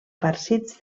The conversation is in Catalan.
farcits